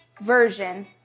version